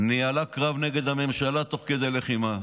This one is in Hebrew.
ניהלה קרב נגד הממשלה תוך כדי לחימה.